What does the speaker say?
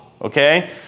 Okay